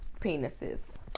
penises